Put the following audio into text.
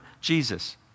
Jesus